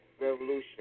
Revolution